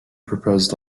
propose